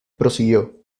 prosiguió